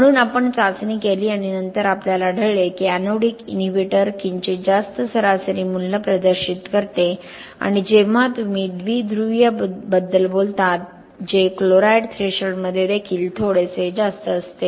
म्हणून आपण चाचणी केली आणि नंतर आम्हाला आढळले की एनोडिक इनहिबिटर किंचित जास्त सरासरी मूल्य प्रदर्शित करते आणि जेव्हा तुम्ही द्विध्रुवीय बद्दल बोलता जे क्लोराईड थ्रेशोल्डमध्ये देखील थोडेसे जास्त असते